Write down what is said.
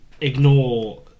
ignore